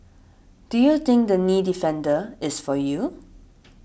do you think the Knee Defender is for you